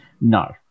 No